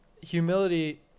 Humility